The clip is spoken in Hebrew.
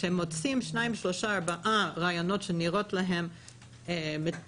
כשהם מוצאים שניים-שלושה-ארבעה ראיונות שנראים להם מתאימים